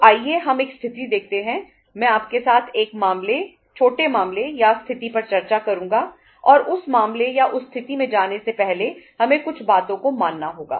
तो आइए हम एक स्थिति देखते हैं मैं आपके साथ एक मामले छोटे मामले या स्थिति पर चर्चा करूंगा और उस मामले या उस स्थिति में जाने से पहले हमें कुछ बातों को मानना होगा